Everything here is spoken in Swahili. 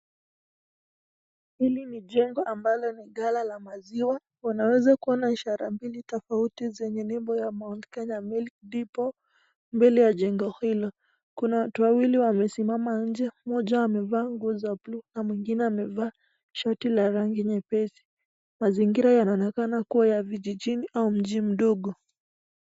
Hili ni jengo ambalo ni gala la maziwa, unaweza kuona ishara mbili tofauti zenye nembo ya Mount Kenya Milk Depot mbele ya jengo hilo. Kuna watu wawili wamesimama nje, mmoja amevaa nguo za buluu na mwingine amevaa shati la rangi nyepesi, mazingira yanaonekana kuwa ya vijijini au mji mdogo.